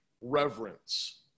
reverence